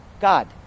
God